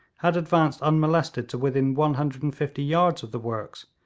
had advanced unmolested to within one hundred and fifty yards of the works,